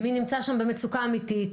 מי נמצא שם במצוקה אמיתית,